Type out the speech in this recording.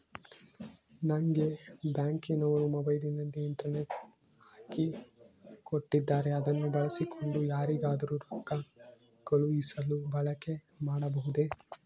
ನಂಗೆ ಬ್ಯಾಂಕಿನವರು ಮೊಬೈಲಿನಲ್ಲಿ ಇಂಟರ್ನೆಟ್ ಹಾಕಿ ಕೊಟ್ಟಿದ್ದಾರೆ ಅದನ್ನು ಬಳಸಿಕೊಂಡು ಯಾರಿಗಾದರೂ ರೊಕ್ಕ ಕಳುಹಿಸಲು ಬಳಕೆ ಮಾಡಬಹುದೇ?